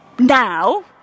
now